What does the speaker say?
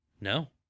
No